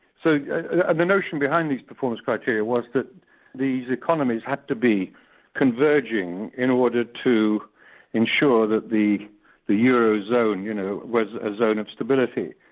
so the and notion behind these performance criteria was that these economies had to be converging in order to ensure that the the eurozone, you know, was a zone of stability.